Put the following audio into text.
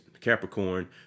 Capricorn